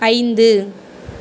ஐந்து